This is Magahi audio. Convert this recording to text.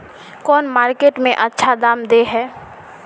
कौन मार्केट में अच्छा दाम दे है?